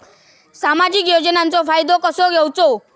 सामाजिक योजनांचो फायदो कसो घेवचो?